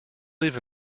live